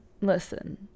listen